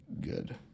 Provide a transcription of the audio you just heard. good